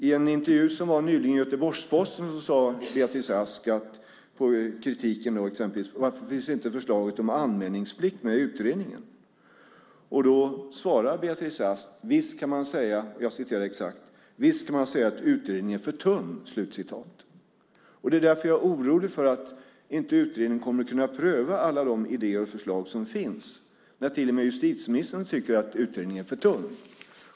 I en intervju nyligen i Göteborgs-Posten sade Beatrice Ask följande när det gällde kritiken mot att förslaget om anmälningsplikt inte finns med i utredningen: "Visst kan man säga att utredningen är för tunn." Det är därför som jag är orolig för att utredningen inte kommer att kunna pröva alla de idéer och förslag som finns, när till och med justitieministern tycker att utredningen är för tunn.